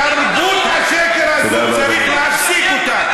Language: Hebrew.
תרבות השקר הזו, צריך להפסיק אותה.